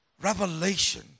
revelation